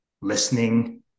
listening